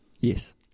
Yes